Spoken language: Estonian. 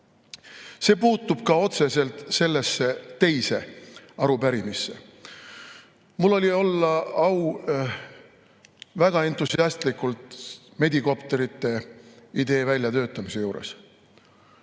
See puutub ka otseselt sellesse teise arupärimisse. Mul oli au olla väga entusiastlikult medikopterite idee väljatöötamise juures.